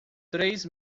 três